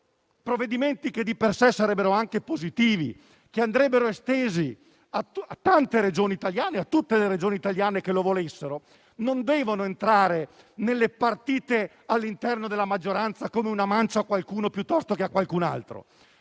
Provvedimenti che di per sé sarebbero anche positivi e che andrebbero estesi a tutte le Regioni italiane che lo volessero, non devono entrare nelle partite all'interno della maggioranza, con una mancia a qualcuno, piuttosto che a qualcun altro.